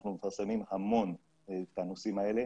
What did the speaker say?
אנחנו מפרסמים המון את הנושאים האלה.